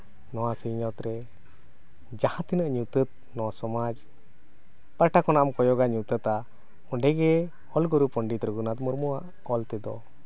ᱱᱚᱣᱟ ᱥᱤᱧ ᱚᱛ ᱨᱮ ᱡᱟᱦᱟᱸ ᱛᱤᱱᱟᱹᱜ ᱱᱚᱣᱟ ᱥᱚᱢᱟᱡᱽ ᱯᱟᱦᱴᱟ ᱠᱷᱚᱱᱟᱢ ᱠᱚᱭᱚᱜᱟ ᱧᱩᱛᱟᱹᱛᱟ ᱚᱸᱰᱮᱜᱮ ᱚᱞᱜᱩᱨᱩ ᱯᱚᱱᱰᱤᱛ ᱨᱟᱹᱜᱷᱩᱱᱟᱛᱷ ᱢᱩᱨᱢᱩᱣᱟᱜ ᱚᱞ ᱛᱮᱫᱚ